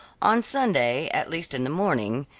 on sunday, at least in the morning,